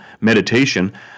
meditation